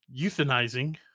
euthanizing